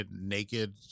naked